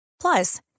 Plus